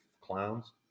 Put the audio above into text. clowns